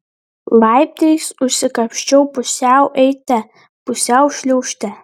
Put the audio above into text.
laiptais užsikapsčiau pusiau eite pusiau šliaužte